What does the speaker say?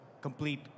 complete